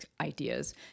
ideas